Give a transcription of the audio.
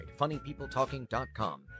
funnypeopletalking.com